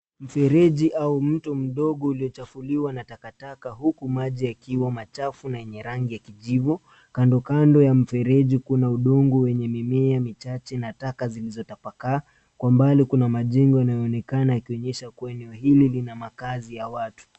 Mfereji au mto mdogo uliochafuliwa na takataka huku maji yakiwa machafu na yenye rangi ya kijivu. Kando kando ya mfereji kuna udongo wenye mimea michache na taka zilizotapakaa. Kwa mbali kuna majengo yanayoonekana yakionyesha kuwa eneo hili kuna makazi ya watu.